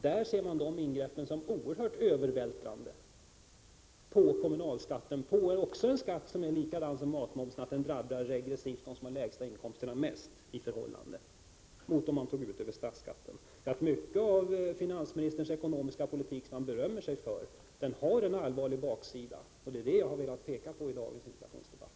Kommunerna anser att dessa problem övervältras på dem och påverkar kommunalskatten — en skatt som liksom matmomsen regressivt drabbar dem mest som har de lägsta inkomsterna, i motsats till statsskatten. Mycket av finansministerns ekonomiska politik, som han berömmer sig av, har en allvarlig baksida, och det är det som jag har velat peka på i dagens interpellationsdebatt.